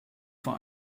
vor